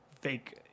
fake